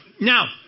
Now